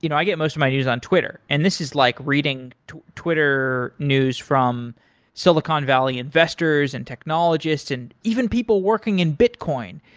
you know i get most of my news on twitter, and this is like reading twitter news from silicon valley investors and technologists and even people working in bitcoin,